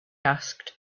asked